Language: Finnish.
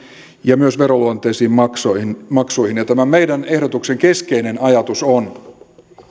ja myös veroluonteisiin maksuihin maksuihin ja tämän ehdotuksemme keskeinen ajatus on